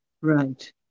Right